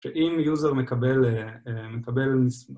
שאם יוזר מקבל, מקבל...